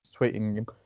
tweeting